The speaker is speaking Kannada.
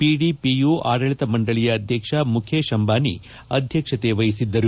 ಪಿಡಿಪಿಯು ಆಡಳಿತ ಮಂಡಳಿಯ ಅಧ್ಯಕ್ಷ ಮುಕೇಶ್ ಅಂಬಾನಿ ಅಧ್ಯಕ್ಷತೆ ವಹಿಸಿದ್ದರು